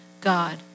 God